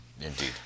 Indeed